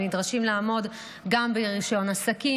הם נדרשים לעמוד גם ברישיון עסקים,